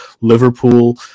Liverpool